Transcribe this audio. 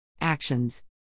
Actions